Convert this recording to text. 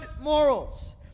morals